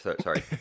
sorry